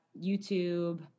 YouTube